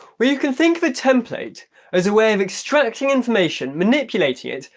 well you can think of a template as a way of extracting information, manipulating it,